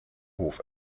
hof